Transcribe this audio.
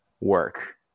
work